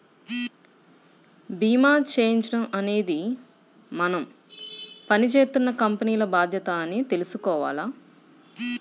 భీమా చేయించడం అనేది మనం పని జేత్తున్న కంపెనీల బాధ్యత అని తెలుసుకోవాల